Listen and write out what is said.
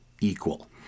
equal